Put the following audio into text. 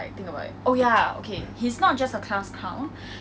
ya that was like one of the qualities why